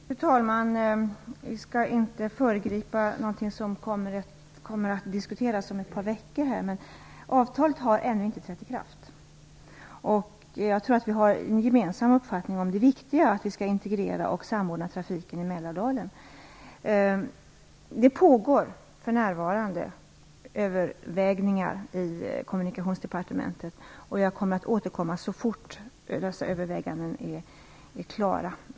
Fru talman! Vi skall inte föregripa någonting som kommer att diskuteras om ett par veckor. Men avtalet har ännu inte trätt i kraft. Jag tror att vi har en gemensam uppfattning om att det är viktigt att integrera och samordna trafiken i Mälardalen. Det pågår för närvarande övervägningar i Kommunikationsdepartementet. Jag kommer att återkomma med besked så fort dessa överväganden är klara.